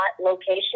location